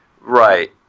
Right